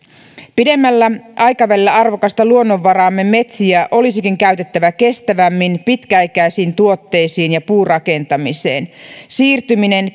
pidemmällä aikavälillä arvokasta luonnonvaraamme metsiä olisikin käytettävä kestävämmin pitkäikäisiin tuotteisiin ja puurakentamiseen siirtyminen